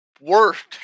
Worst